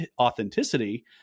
authenticity